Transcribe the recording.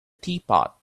teapot